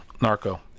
Narco